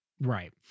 Right